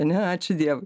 ar ne ačiū dievui